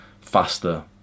faster